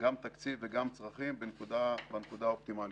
גם תקציב וגם צרכים בנקודה האופטימלית.